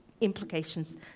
implications